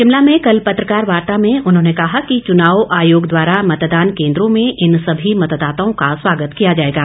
शिमला में कल पत्रकारवार्ता में उन्होंने कहा कि चुनाव आयोग द्वारा मतदान केन्द्रों में इन सभी मतदाताओं का स्वागत किया जाएगा